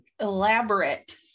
elaborate